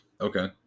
Okay